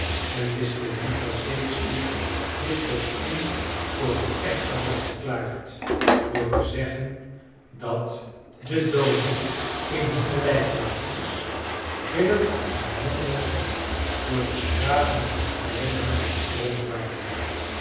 en wisten niet dat shakespeare dit kostuum voor het echte had verklaard door te zeggen dat de dooden in hunne lijklakens gillend en mommelend door de straten van rome